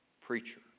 Preacher